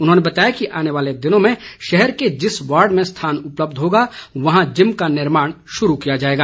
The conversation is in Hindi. उन्होंने बताया कि आने वाले दिनों में शहर के जिस वार्ड में स्थान उपलब्ध होगा वहां जिम का निर्माण शुरू किया जाएगा